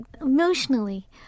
emotionally